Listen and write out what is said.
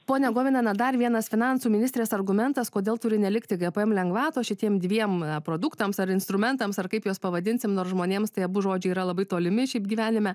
ponia govinana na dar vienas finansų ministrės argumentas kodėl turi nelikti gpm lengvatos šitiem dviem produktams ar instrumentams ar kaip juos pavadinsim nors žmonėms tai abu žodžiai yra labai tolimi šiaip gyvenime